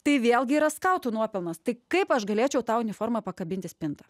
tai vėlgi yra skautų nuopelnas tai kaip aš galėčiau tą uniformą pakabint į spintą